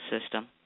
system